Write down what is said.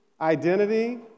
identity